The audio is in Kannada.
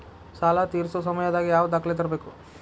ಸಾಲಾ ತೇರ್ಸೋ ಸಮಯದಾಗ ಯಾವ ದಾಖಲೆ ತರ್ಬೇಕು?